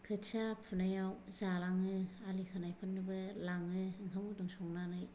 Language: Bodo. खोथिया फुनायाव जालाङो आलि खोनायफोरनोबो लाङो ओंखाम गुदुं संनानै